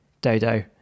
Dodo